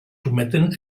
prometen